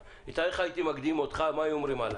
תאר לך הייתי מקדים אותך, מה היו אומרים עליי?